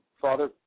Father